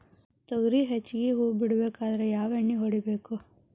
ತೊಗರಿ ಹೆಚ್ಚಿಗಿ ಹೂವ ಬಿಡಬೇಕಾದ್ರ ಯಾವ ಎಣ್ಣಿ ಹೊಡಿಬೇಕು?